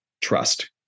trust